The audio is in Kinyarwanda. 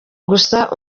gusa